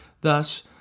Thus